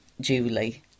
Julie